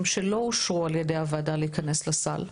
שלא אושרו על ידי הוועדה להיכנס לסל,